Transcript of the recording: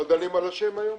לא דנים על השם היום?